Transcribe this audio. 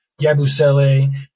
Yabusele